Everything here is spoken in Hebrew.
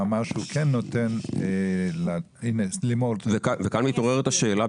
ואמר שהוא כן נותן --- וכאן מתעוררת השאלה,